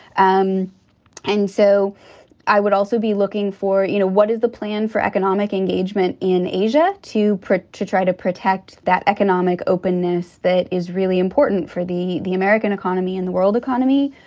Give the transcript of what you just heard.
um and so i would also be looking for, you know, what is the plan for economic engagement in asia to to try to protect that economic openness that is really important for the the american economy and the world economy.